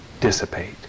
dissipate